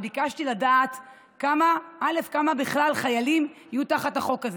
וביקשתי לדעת כמה חיילים יהיו תחת החוק הזה.